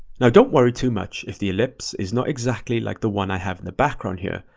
now don't worry too much if the ellipse is not exactly like the one i have in the background here.